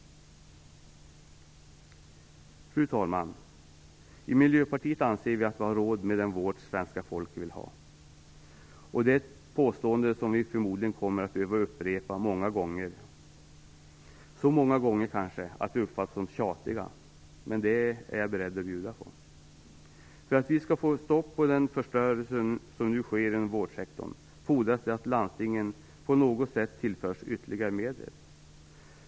Fru talman! Vi i Miljöpartiet anser att vi har råd med den vård som svenska folket vill ha. Det är ett påstående som vi förmodligen kommer att behöva upprepa så många gånger att vi kanske uppfattas som tjatiga. Men det är jag beredd att bjuda på. För att vi skall få stopp på den förstörelse som nu sker inom vårdsektorn fordras det att landstingen på något sätt tillförs ytterligare medel.